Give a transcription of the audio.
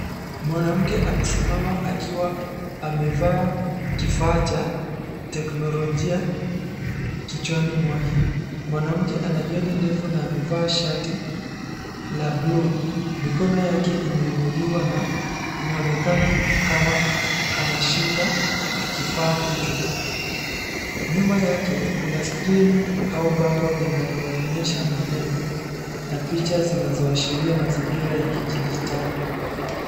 Mwanamke amesimama akiwa, amevaa, kifaa cha, teknolojia, kichwani mwake, mwanamke ana nywele ndefu na amevaa shati, la bluu, mikono yake imeinuliwa na, inaonekana, kama, anashika, kifaa hicho, nyuma yake kuna skrini, au bango linaloonyesha maneno, na picha zinazoashiria mazingira ya kidijitali.